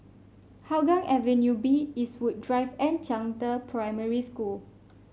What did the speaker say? Hougang Avenue B Eastwood Drive and Zhangde Primary School